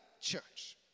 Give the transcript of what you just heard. church